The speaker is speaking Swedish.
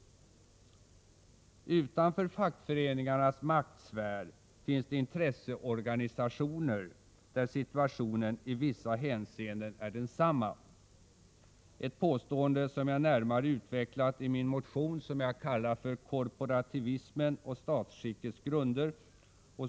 Utanför fackföreningarnas maktsfär finns det intresseorganisationer där situationen i vissa hänseenden är densamma, ett påstående som jag närmare utvecklat i min motion K201, som har rubriken Korporativismen och statsskickets grunder.